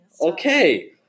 Okay